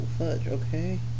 okay